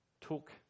took